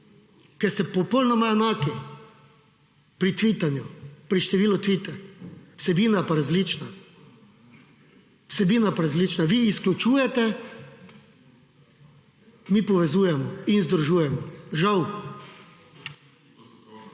ker ste popolnoma enaki, pri tvitanju, pri številu tvitov, vsebina pa različna, vsebina pa različna. Vi izključujete, mi povezujemo in združujemo. Žal.